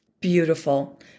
Beautiful